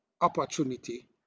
opportunity